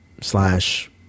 slash